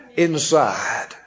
Inside